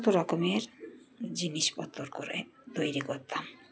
কত রকমের জিনিসপত্র করে তৈরি করতাম